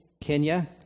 Kenya